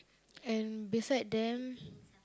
and beside them